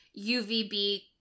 UVB